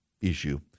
issue